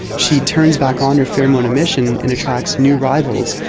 she turns back on her pheromone emission and attracts new rivals,